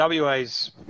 WA's